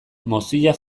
mozilla